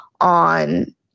on